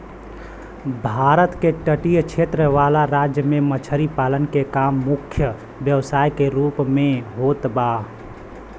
भारत के तटीय क्षेत्र वाला राज्य में मछरी पालन के काम मुख्य व्यवसाय के रूप में होत बा